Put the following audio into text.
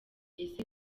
ese